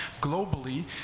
globally